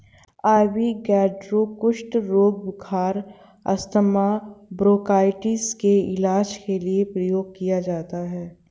ivy gourd कुष्ठ रोग, बुखार, अस्थमा, ब्रोंकाइटिस के इलाज के लिए प्रयोग किया जाता है